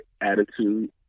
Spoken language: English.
attitude